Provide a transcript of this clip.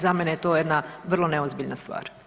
Za mene je to jedna vrlo neozbiljna stvar.